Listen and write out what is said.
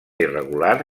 irregular